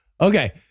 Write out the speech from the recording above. Okay